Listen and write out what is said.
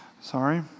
Sorry